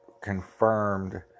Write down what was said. confirmed